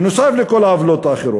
נוסף על כל העוולות האחרות.